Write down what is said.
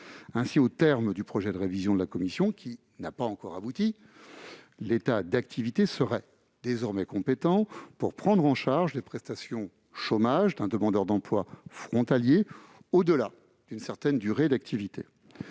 Ainsi, aux termes du projet de révision de la Commission, qui n'a pas encore abouti, l'État d'activité serait désormais compétent pour prendre en charge les prestations chômage d'un demandeur d'emploi frontalier, au-delà d'une certaine durée d'activité.